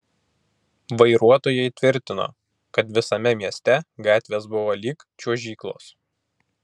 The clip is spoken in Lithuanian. vairuotojai tvirtino kad visame mieste gatvės buvo lyg čiuožyklos